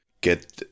get